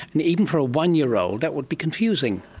and even for a one-year-old that would be confusing.